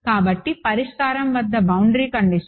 కాబట్టి పరిష్కారం వద్ద బౌండరీ కండిషన్